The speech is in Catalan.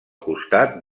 costat